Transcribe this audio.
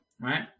right